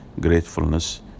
gratefulness